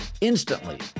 instantly